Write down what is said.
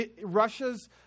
Russia's